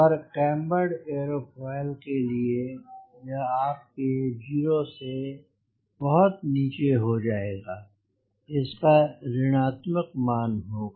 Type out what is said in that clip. पर cambered aerofoil के लिए यह आपके 0 से बहुत नीचे हो जायेगा और इसका ऋणात्मक मान होगा